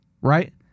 right